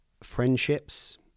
friendships